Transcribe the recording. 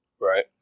Right